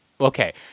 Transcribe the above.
Okay